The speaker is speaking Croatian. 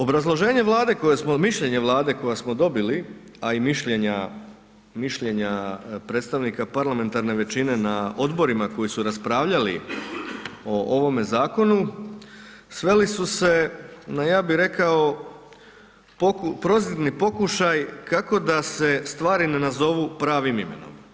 Obrazloženje Vlade koje smo, mišljenje Vlade koja smo dobili, a i mišljenja, mišljenja predstavnika parlamentarne većine na odborima koji su raspravljali o ovome zakonu sveli su se na, ja bi rekao, prozirni pokušaj kako da se stvari ne nazovu pravim imenom.